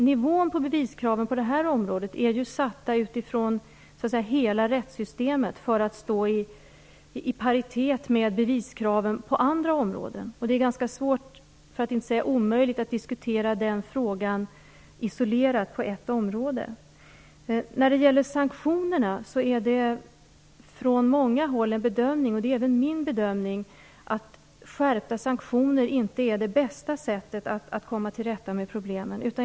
Nivån på beviskraven på detta område är satta utifrån hela rättssystemet, för att stå i paritet med beviskraven på andra områden. Det är ganska svårt, för att inte säga omöjligt, att diskutera den frågan isolerat och på ett område. Skärpta sanktioner är inte det bästa sättet att komma tillrätta med problemen. Det är min och många andras bedömning.